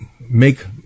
make